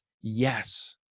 yes